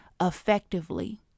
effectively